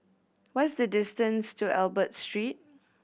what is the distance to Albert Street